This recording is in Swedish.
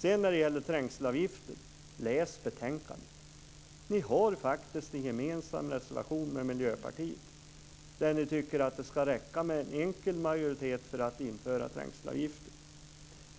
det. När det gäller trängselavgifter så läs betänkandet. Ni har faktiskt en gemensam reservation med Miljöpartiet, där ni tycker att det ska räcka med enkel majoritet för att införa trängselavgifter.